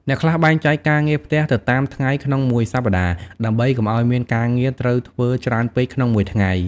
អ្នកខ្លះបែងចែកការងារផ្ទះទៅតាមថ្ងៃក្នុងមួយសប្ដាហ៍ ដើម្បីកុំឱ្យមានការងារត្រូវធ្វើច្រើនពេកក្នុងមួយថ្ងៃ។